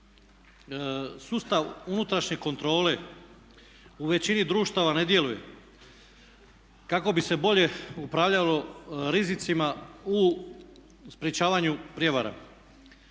sustav unutrašnje kontrole u većini društava ne djeluje kako bi se bolje upravljalo rizicima u sprječavanju prijevara.